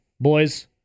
Boys